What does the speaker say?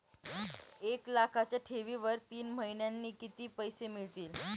एक लाखाच्या ठेवीवर तीन महिन्यांनी किती पैसे मिळतील?